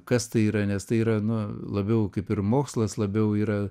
kas tai yra nes tai yra nu labiau kaip ir mokslas labiau yra